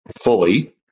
fully